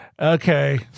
Okay